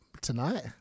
Tonight